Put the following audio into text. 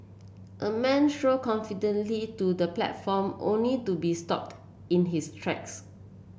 a man strode confidently to the platform only to be stopped in his tracks